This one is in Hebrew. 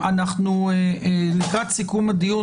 הבדיקות המהירות המשמשות לצורך קבלת תו ירוק.